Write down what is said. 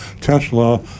Tesla